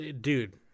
dude